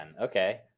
Okay